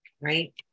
right